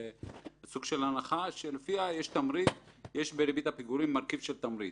זה סוג של הנחה שלפיה יש בריבית הפיגורים מרכיב של תמריץ.